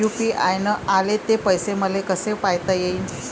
UPI न आले ते पैसे मले कसे पायता येईन?